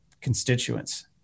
constituents